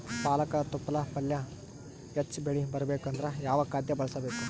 ಪಾಲಕ ತೊಪಲ ಪಲ್ಯ ಹೆಚ್ಚ ಬೆಳಿ ಬರಬೇಕು ಅಂದರ ಯಾವ ಖಾದ್ಯ ಬಳಸಬೇಕು?